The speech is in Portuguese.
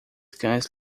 cães